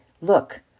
Look